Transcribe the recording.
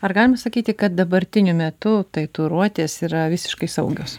ar galima sakyti kad dabartiniu metu tatuiruotės yra visiškai saugios